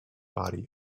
body